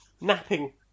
Napping